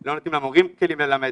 לא נותנים למורים כלים ללמד.